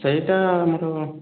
ସେଇଟା ଅମର